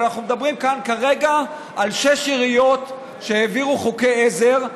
אבל אנחנו מדברים כאן כרגע על שש עיריות שהעבירו חוקי עזר,